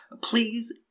Please